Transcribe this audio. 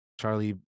Charlie